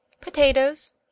potatoes